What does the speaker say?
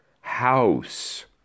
House